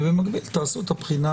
ובמקביל תעשו את הבחינה